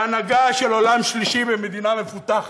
להנהגה של עולם שלישי במדינה מפותחת.